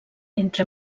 entre